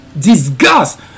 disgust